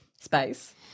space